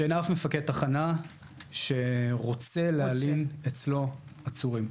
שאין אף מפקד תחנה שרוצה להלין אצלו עצורים.